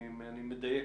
אני מדייק,